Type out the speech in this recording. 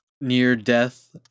near-death